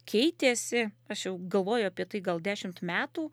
keitėsi aš jau galvoju apie tai gal dešimt metų